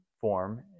form